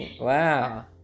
wow